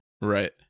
right